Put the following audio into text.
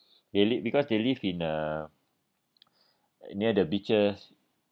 they live because they live in a near the beaches